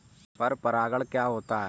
पर परागण क्या होता है?